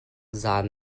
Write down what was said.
zaan